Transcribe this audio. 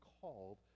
called